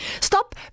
Stop